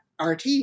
RT